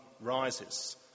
rises